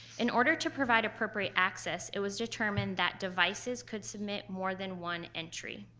in order to provide appropriate access it was determined that devices could submit more than one entry.